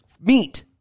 Meat